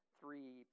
three